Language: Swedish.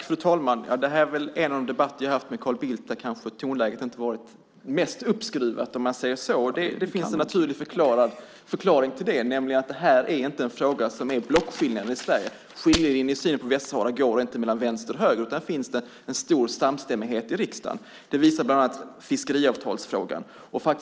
Fru talman! Detta är en av de debatter jag har haft med Carl Bildt där tonläget kanske inte har varit det mest uppskruvade. Det finns en naturlig förklaring till det, nämligen att detta inte är en fråga som är blockskiljande i Sverige. Skiljelinjen i synen på Västsahara går inte mellan vänster och höger, utan här finns en stor samstämmighet i riksdagen. Det visar bland annat fiskeavtalsfrågan.